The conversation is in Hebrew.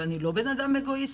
ואני לא אדם אגואיסט,